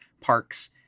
parks